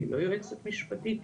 אני לא יועצת משפטית,